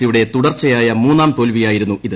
C യുടെ തുടർച്ചയായ മൂന്നാം തോൽവിയായിരുന്നു ഇത്